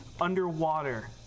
underwater